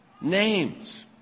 names